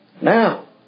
Now